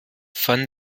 van